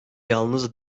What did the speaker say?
yalnız